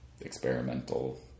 experimental